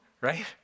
right